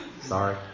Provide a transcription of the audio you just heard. Sorry